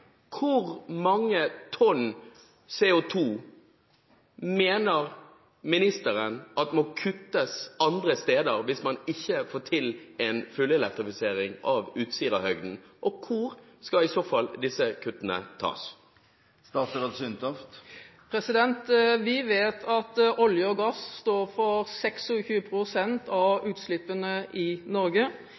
Hvor mange tonn CO2 mener ministeren må kuttes andre steder hvis man ikke får til en full elektrifisering av Utsirahøyden? Og hvor skal i så fall disse kuttene tas? Vi vet at olje og gass står for 26 pst. av utslippene i Norge.